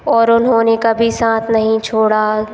और उन्होंने कभी साथ नहीं छोड़ा